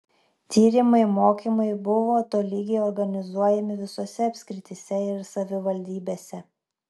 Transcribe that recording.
tyrimai mokymai buvo tolygiai organizuojami visose apskrityse ir savivaldybėse